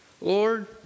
Lord